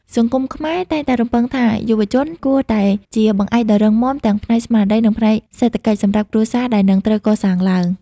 សង្គមខ្មែរតែងតែរំពឹងថា យុវជនគួរតែជា "បង្អែកដ៏រឹងមាំ" ទាំងផ្នែកស្មារតី និងផ្នែកសេដ្ឋកិច្ចសម្រាប់គ្រួសារដែលនឹងត្រូវកសាងឡើង។